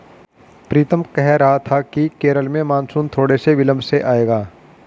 पीतम कह रहा था कि केरल में मॉनसून थोड़े से विलंब से आएगा